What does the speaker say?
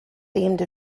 themed